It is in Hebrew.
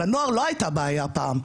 לנוער לא הייתה בעיה פעם.